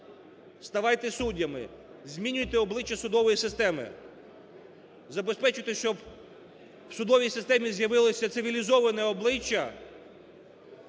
ставайте суддями, змінюйте обличчя судової системи, забезпечуйте, щоб в судовій системі з'явилося цивілізоване обличчя,